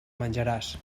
menjaràs